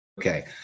okay